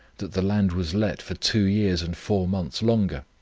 that the land was let for two years and four months longer,